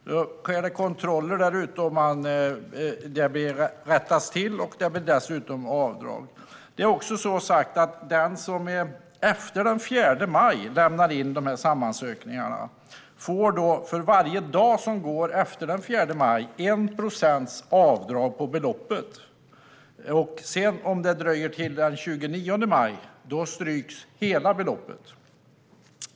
Då sker det kontroller där ute, det rättas till och det blir dessutom avdrag. Det är också så sagt att den som lämnar in de här SAM-ansökningarna efter den 4 maj får 1 procents avdrag på beloppet för varje dag som går efter den 4 maj. Om det dröjer till den 29 maj stryks hela beloppet.